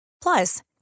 Plus